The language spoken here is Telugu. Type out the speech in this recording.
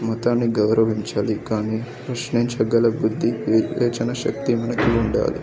మతాన్ని గౌరవించాలి కానీ ప్రశ్నించగల బుద్ధి వివేచన శక్తి మనకు ఉండాలి